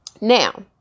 Now